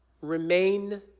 remain